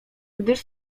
gdyż